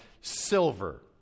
silver